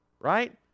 right